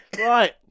Right